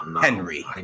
Henry